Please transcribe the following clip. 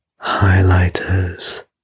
highlighters